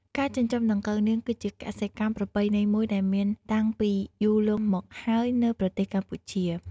ការចិញ្ចឹមដង្កូវនាង គឺជាកសិកម្មប្រពៃណីមួយដែលមានតាំងពីយូរលង់មកហើយនៅប្រទេសកម្ពុជា។